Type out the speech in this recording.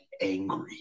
angry